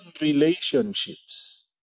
relationships